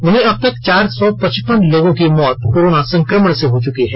वहीं अब तक चार सौ पचपन लोगों की मौत कोरोना संकमण से हो चुकी है